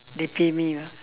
they pay me ah